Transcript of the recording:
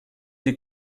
des